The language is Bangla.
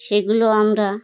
সেগুলো আমরা